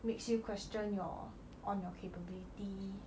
makes you question your on your own capability